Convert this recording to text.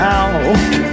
out